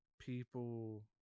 people